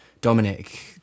dominic